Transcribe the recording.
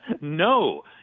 No